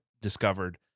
discovered